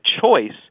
choice